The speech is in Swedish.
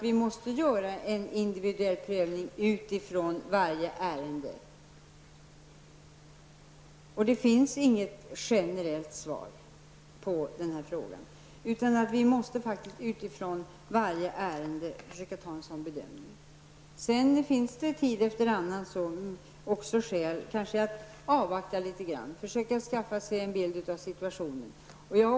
Vi måste göra en individuell prövning i varje ärende. Det finns inget generellt svar på den här frågan. Tid efter annan har vi avvaktat något för att försöka skapa oss en bild av situationen.